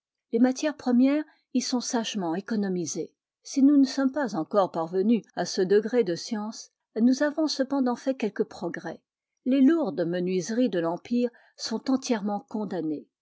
les matières premières y sont sagement économisées si nous ne sommes pas encore parvenus à ce degré de science nous avons cependant fait quelques progrès les lourdes menuiseries de l'empire sont entièrement condamnées